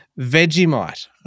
Vegemite